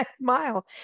mile